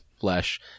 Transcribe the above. flesh